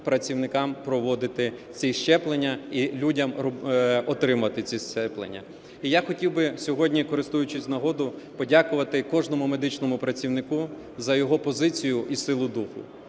працівникам проводити ці щеплення, і людям отримувати ці щеплення. Я хотів би сьогодні, користуючись нагодою, подякувати кожному медичному працівнику за його позицію і силу духу.